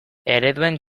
ereduen